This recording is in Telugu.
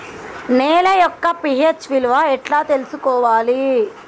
నేల యొక్క పి.హెచ్ విలువ ఎట్లా తెలుసుకోవాలి?